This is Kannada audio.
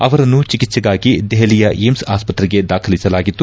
ಅವರನ್ನು ಚಿಕಿತ್ಲೆಗಾಗಿ ದೆಹಲಿಯ ಏಮ್ಸ್ ಆಸ್ಪತ್ರೆಗೆ ದಾಖಲಿಸಲಾಗಿತ್ತು